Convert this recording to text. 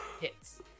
hits